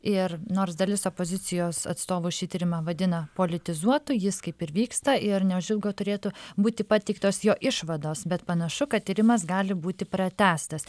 ir nors dalis opozicijos atstovų šį tyrimą vadina politizuotu jis kaip ir vyksta ir neužilgo turėtų būti pateiktos jo išvados bet panašu kad tyrimas gali būti pratęstas